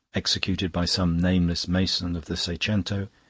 executed by some nameless mason of the seicento,